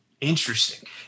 Interesting